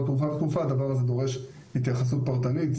תרופה ותרופה נדרשת התייחסות פרטנית.